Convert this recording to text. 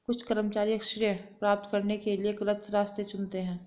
कुछ कर्मचारी श्रेय प्राप्त करने के लिए गलत रास्ते चुनते हैं